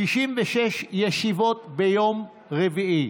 66 ישיבות ביום רביעי.